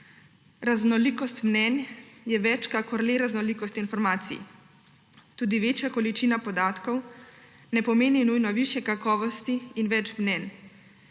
Raznolikost mnenj je več kot le raznolikost informacij. Tudi večja količina podatkov ne pomeni nujno višje kakovosti in več mnenj.